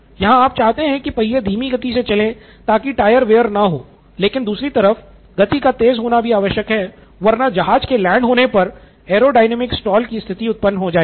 यहाँ आप चाहते हैं कि पहिये धीमी गति से चले ताकि टायर वेयर न हो लेकिन दूसरी तरफ गति का तेज़ होना भी आवश्यक है वरना जहाज के लैंड होने पर aerodynamic stall की स्थिति उत्पन्न हो जाएगी